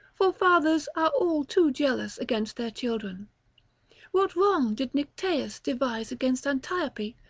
for fathers are all too jealous against their children what wrong did nycteus devise against antiope,